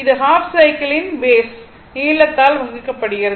இது ஹாஃப் சைக்கிளின் பேஸ் நீளத்தால் வகுக்கப்படுகிறது